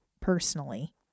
personally